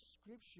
scripture